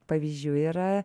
pavyzdžių yra